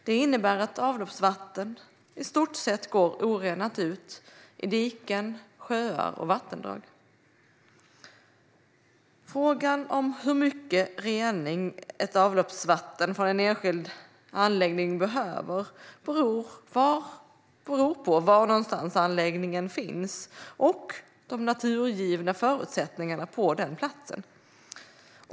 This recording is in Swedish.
Det innebär att avloppsvattnet i stort sett går orenat ut i diken, sjöar och vattendrag. Frågan om hur mycket rening avloppsvatten från en enskild anläggning behöver beror på var någonstans anläggningen finns och de naturgivna förutsättningarna på den platsen.